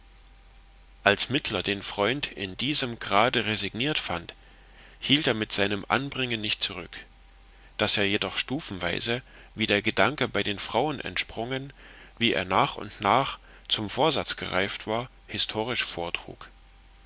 als mittler den freund in diesem grade resigniert fand hielt er mit seinem anbringen nicht zurück das er jedoch stufenweise wie der gedanke bei den frauen entsprungen wie er nach und nach zum vorsatz gereift war historisch vortrug